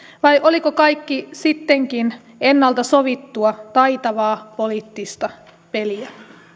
vai oliko kaikki sittenkin ennalta sovittua taitavaa poliittista peliä